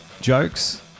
jokes